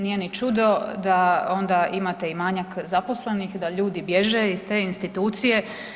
Nije ni čudo da onda imate manjak zaposlenih, da ljudi bježe iz te institucije.